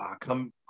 come